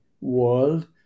world